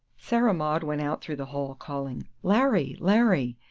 sarah maud went out through the hall, calling, larry! larry!